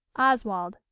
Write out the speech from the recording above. oswald.